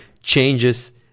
changes